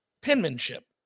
penmanship